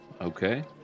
Okay